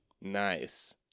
Nice